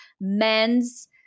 men's